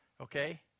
okay